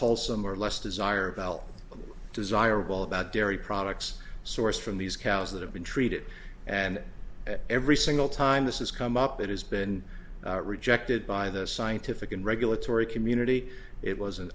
wholesome or less desirable desirable about dairy products sourced from these cows that have been treated and every single time this is come up it has been rejected by the scientific and regulatory community it was an